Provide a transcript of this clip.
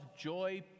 joy